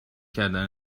کردن